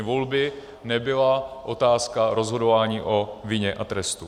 Volby nebyla otázka rozhodování o vině a trestu.